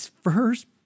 first